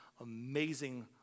amazing